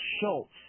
Schultz